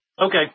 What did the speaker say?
okay